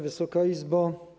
Wysoka Izbo!